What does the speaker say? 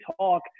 talk